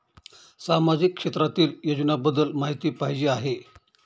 सामाजिक क्षेत्रातील योजनाबद्दल माहिती पाहिजे आहे?